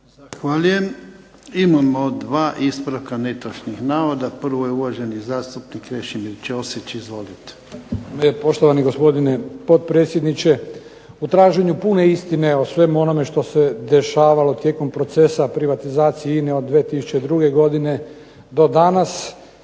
Zahvaljujem. Imamo dva ispravka netočnih navoda, prvo je uvaženi zastupnik Krešimir Ćosić. Izvolite. **Ćosić, Krešimir (HDZ)** Poštovani gospodine potpredsjedniče. U traženju pune istine o svemu onome što se dešavalo tijekom procesa privatizacije INA-e od 2002. godine do danas,